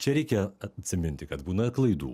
čia reikia atsiminti kad būna klaidų